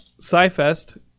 SciFest